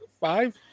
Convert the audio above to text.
Five